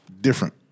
different